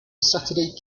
saturday